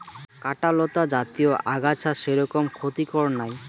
কাঁটালতা জাতীয় আগাছা সেরকম ক্ষতিকর নাই